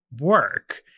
work